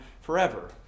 forever